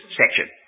section